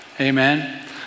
amen